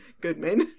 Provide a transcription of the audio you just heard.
Goodman